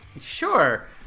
Sure